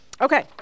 Okay